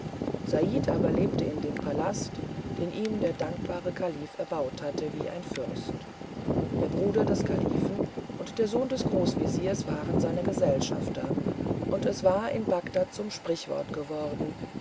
said aber lebte in dem palast den ihm der dankbare kalife erbaut hatte wie ein fürst der bruder des kalifen und der sohn des großwesirs waren seine gesellschafter und es war in bagdad zum sprichwort geworden